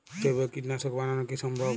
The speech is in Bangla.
জৈব কীটনাশক বানানো কি সম্ভব?